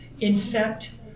infect